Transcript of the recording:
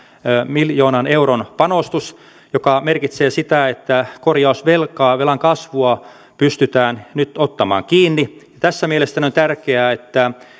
miljoonan euron panostus joka merkitsee sitä että korjausvelkaa ja velan kasvua pystytään nyt ottamaan kiinni tässä mielestäni on tärkeää että